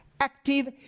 active